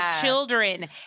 children